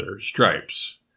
Stripes